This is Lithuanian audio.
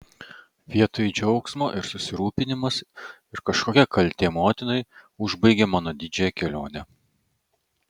vietoj džiaugsmo ir susirūpinimas ir kažkokia kaltė motinai užbaigė mano didžiąją kelionę